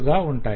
గా ఉంటాయి